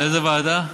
לאיזו ועדה?